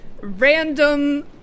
random